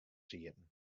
sieten